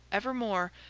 evermore,